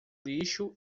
lixo